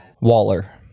Waller